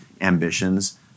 ambitions